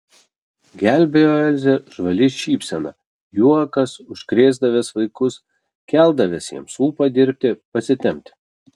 gelbėjo elzę žvali šypsena juokas užkrėsdavęs vaikus keldavęs jiems ūpą dirbti pasitempti